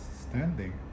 standing